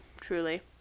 truly